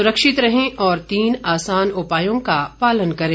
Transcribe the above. सुरक्षित रहें और तीन आसान उपायों का पालन करें